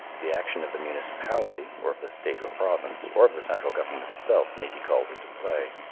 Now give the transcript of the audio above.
the action of the municipality, or of the state or province, or of the central government itself may be called into play.